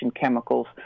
chemicals